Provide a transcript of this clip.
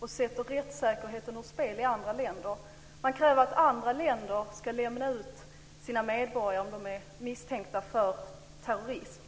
och sätter rättssäkerheten på spel i andra länder. Man kräver att andra länder ska lämna ut sina medborgare om de är misstänkta för terrorism.